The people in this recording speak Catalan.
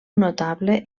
notable